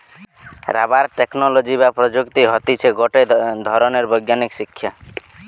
rubber technology বা প্রযুক্তি হতিছে গটে ধরণের বৈজ্ঞানিক শিক্ষা